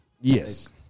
Yes